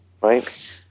right